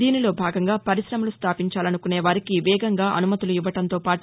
దీనిలో భాగంగా పరిశమలు స్థాపించాలనుకునే వారికి వేగంగా అనుమతులు ఇవ్వడంతో పాటు